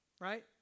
right